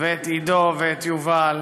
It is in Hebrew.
ואת עידו, ואת יובל,